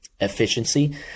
efficiency